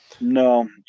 No